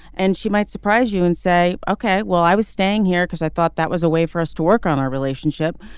and she might surprise you and say ok. well i was staying here because i thought that was a way for us to work on our relationship.